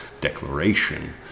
declaration